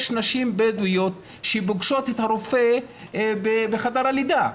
יש נשים בדואיות שפוגשות את הרופא בחדר הלידה,